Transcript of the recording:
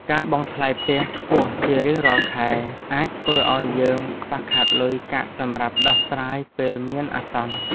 ការបង់ថ្លៃផ្ទះខ្ពស់ជារៀងរាល់ខែអាចធ្វើឱ្យយើងខ្វះខាតលុយកាក់សម្រាប់ដោះស្រាយពេលមានអាសន្ន។